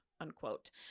unquote